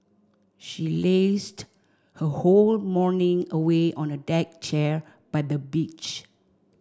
she lazed her whole morning away on a deck chair by the beach